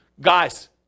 guys